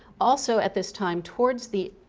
also at this time towards the